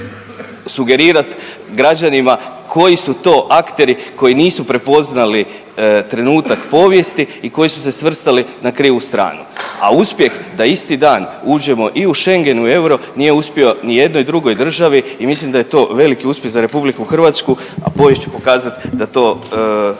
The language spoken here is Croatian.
sugerirat građanima koji su to akteri koji nisu prepoznali trenutak povijesti i koji su se svrstali na krivu stranu. A uspjeh da isti dan uđemo i u Schengen i u euro nije uspio ni jednoj drugoj državi i mislim da je to veliki uspjeh za RH, a povijest će pokazati da to,